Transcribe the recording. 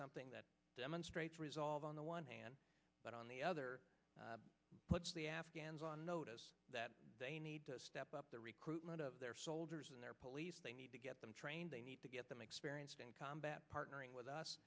something that demonstrates resolve on the one hand but on the other puts the afghans on notice that they need to step up their recruitment of their soldiers and their police they need to get them trained they need to get them experienced in combat partnering with us